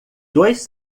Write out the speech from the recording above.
dois